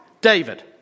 David